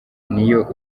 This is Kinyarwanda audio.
niyo